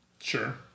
Sure